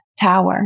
tower